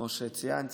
כמו שציינתי.